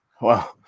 Wow